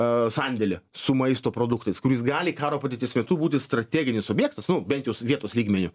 a sandėlį su maisto produktais kuris gali karo padėties metu būti strateginis objektas nu bent jau vietos lygmeniu